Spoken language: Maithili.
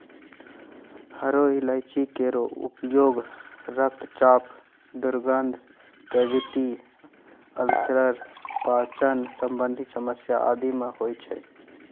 हरो इलायची केरो उपयोग रक्तचाप, दुर्गंध, कैविटी अल्सर, पाचन संबंधी समस्या आदि म होय छै